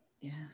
Yes